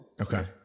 Okay